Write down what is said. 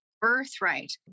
birthright